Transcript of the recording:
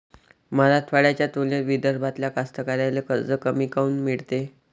मराठवाड्याच्या तुलनेत विदर्भातल्या कास्तकाराइले कर्ज कमी काऊन मिळते?